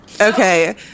Okay